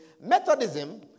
Methodism